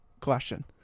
question